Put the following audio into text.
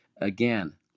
Again